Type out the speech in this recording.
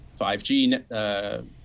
5G